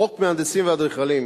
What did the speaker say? חוק המהנדסים והאדריכלים,